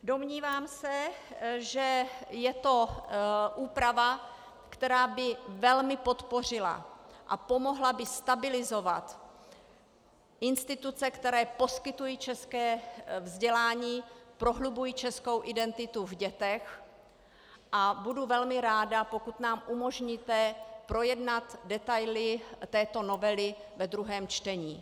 Domnívám se, že je to úprava, která by velmi podpořila a pomohla by stabilizovat instituce, které poskytují české vzdělání, prohlubují českou identitu v dětech, a budu velmi ráda, pokud nám umožníte projednat detaily této novely ve druhém čtení.